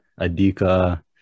Adika